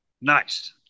Nice